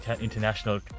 international